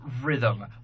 rhythm